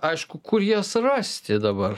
aišku kur jas rasti dabar